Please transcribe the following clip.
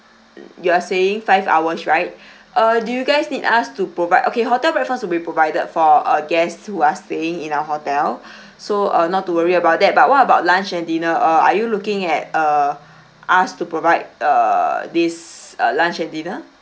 mm you are saying five hours right uh do you guys need us to provide okay hotel breakfast will be provided for uh guests who are staying in our hotel so uh not to worry about that but what about lunch and dinner uh are you looking at err us to provide err this uh lunch and dinner